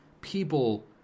people